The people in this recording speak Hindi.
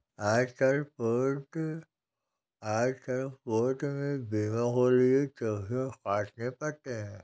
आजकल कोर्ट में बीमा के लिये चक्कर काटने पड़ते हैं